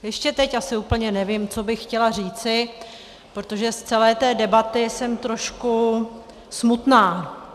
Ještě teď asi úplně nevím, co bych chtěla říci, protože z celé té debaty jsem trošku smutná.